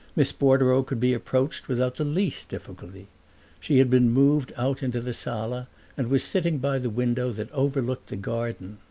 miss bordereau could be approached without the least difficulty she had been moved out into the sala and was sitting by the window that overlooked the garden.